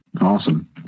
Awesome